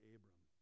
Abram